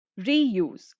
Reuse